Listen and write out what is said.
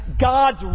God's